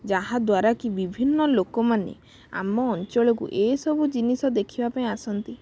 ଯାହାଦ୍ୱାରା କି ବିଭିନ୍ନ ଲୋକମାନେ ଆମ ଅଞ୍ଚଳକୁ ଏ ସବୁ ଜିନିଷ ଦେଖିବା ପାଇଁ ଆସନ୍ତି